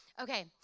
Okay